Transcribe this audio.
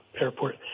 airport